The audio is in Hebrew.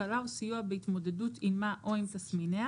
הקלה או סיוע בהתמודדות עימה או עם תסמיניה